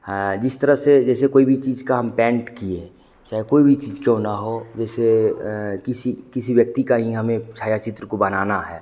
हाँ जिस तरह से जैसे कोई भी चीज़ का हम पैन्ट किए चहे कोई भी चीज़ क्यों ना हो जैसे किसी किसी व्यक्ति का ही हमें छायाचित्र को बनाना है